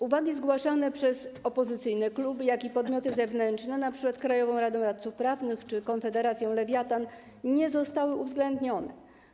Uwagi zgłaszane przez kluby opozycyjne, jak i podmioty zewnętrzne, np. Krajową Radę Radców Prawnych czy Konfederację Lewiatan, nie zostały uwzględnione.